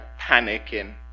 panicking